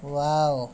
wow